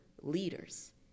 leaders